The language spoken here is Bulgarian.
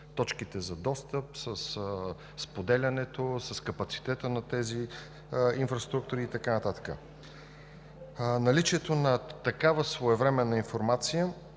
точките за достъп, със споделянето, с капацитета на тези инфраструктури и така нататък. Наличието на такава своевременна информация